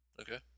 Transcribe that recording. Okay